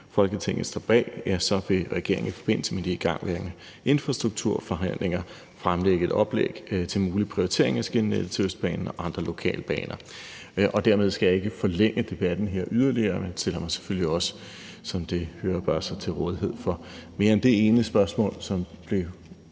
Folketinget står bag, vil regeringen i forbindelse med de igangværende infrastrukturforhandlinger fremlægge et oplæg til en mulig prioritering af skinnenettet til Østbanen og andre lokalbaner. Dermed skal jeg ikke forlænge debatten yderligere, men stiller mig selvfølgelig, som det sig hør og bør, til rådighed for mere end det ene spørgsmål, som kunne